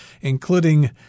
including